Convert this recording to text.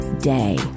day